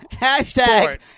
hashtag